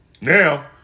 Now